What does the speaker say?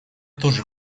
тоже